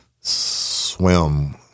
swim